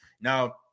Now